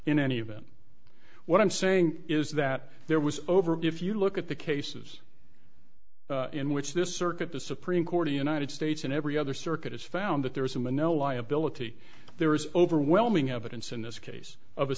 in any event what i'm saying is that there was over if you look at the cases in which this circuit the supreme court of united states and every other circuit has found that there is a manilla liability there is overwhelming evidence in this case of a